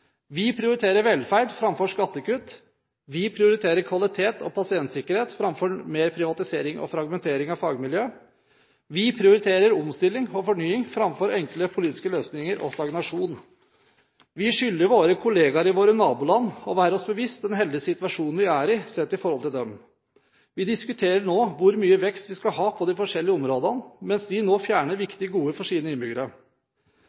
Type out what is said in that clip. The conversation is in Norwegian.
Vi prioriterer velferd framfor skattekutt. Vi prioriterer kvalitet og pasientsikkerhet framfor mer privatisering og fragmentering av fagmiljø. Vi prioriterer omstilling og fornying framfor enkle politiske løsninger og stagnasjon. Vi skylder våre kollegaer i våre naboland å være oss bevisst den heldige situasjonen vi er i, sett i forhold til dem. Vi diskuterer nå hvor mye vekst vi skal ha på de forskjellige områdene, mens de nå fjerner